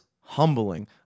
humbling